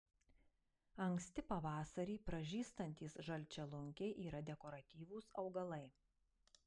anksti pavasarį pražystantys žalčialunkiai yra dekoratyvūs augalai